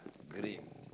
green